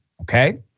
okay